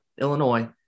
Illinois